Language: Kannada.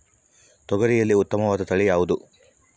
ತೊಗರಿಯಲ್ಲಿ ಉತ್ತಮವಾದ ತಳಿ ಯಾವುದು?